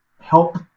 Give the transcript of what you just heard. help